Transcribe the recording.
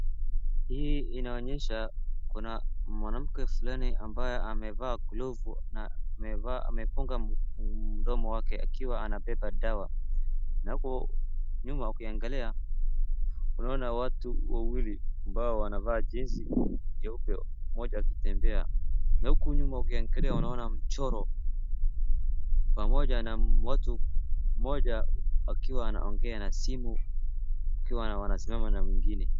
Hii inaonyesha, kuna mwanamke fulani amevaa glovu na amefunga mdomo wake akiwa anabeba dawa. Hapo nyuma ukiangalia unaona watu wawili ambao wanavaa jezi jeupe mmoja akitembea na huku nyuma ukiangalia unaona mchoro pamoja na mtu mmoja akiwa anaongea na simu wakiwa wanasimama na mwingine.